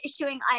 issuing